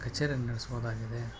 ಕಚೇರಿಯನ್ನು ನಡೆಸ್ಬೌದಾಗಿದೆ